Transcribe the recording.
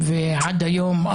עד היום,